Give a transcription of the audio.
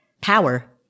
power